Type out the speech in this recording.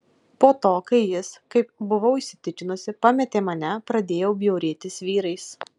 po to kai jis kaip buvau įsitikinusi pametė mane pradėjau bjaurėtis vyrais